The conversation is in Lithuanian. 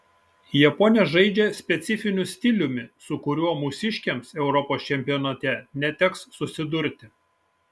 japonės žaidžia specifiniu stiliumi su kuriuo mūsiškėms europos čempionate neteks susidurti